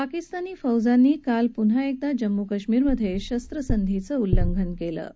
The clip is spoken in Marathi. पाकिस्तानी फौजांनी काल पुन्हा एकदा जम्मूकाश्मीरमधे शस्त्रसंधीचं उल्लंघन केलं आहे